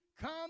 come